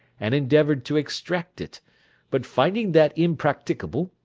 and endeavoured to extract it but finding that impracticable,